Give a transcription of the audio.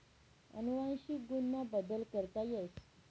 अनुवंशिक गुण मा बदल करता येस